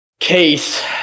case